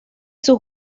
sus